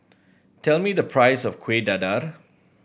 tell me the price of Kueh Dadar